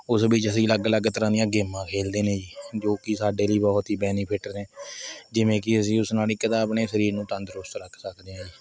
ਉਸ ਵਿੱਚ ਅਸੀਂ ਅਲੱਗ ਅਲੱਗ ਤਰ੍ਹਾਂ ਦੀਆਂ ਗੇਮਾਂ ਖੇਡਦੇ ਨੇ ਜੀ ਜੋ ਕੀ ਸਾਡੇ ਲਈ ਬਹੁਤ ਹੀ ਬੈਨੀਫਿਟ ਨੇ ਜਿਵੇਂ ਕੀ ਅਸੀ ਉਸ ਨਾਲ਼ ਇੱਕ ਤਾਂ ਆਪਣੇ ਸਰੀਰ ਨੂੰ ਤੰਦਰੁਸਤ ਰੱਖ ਸਕਦੇ ਹਾਂ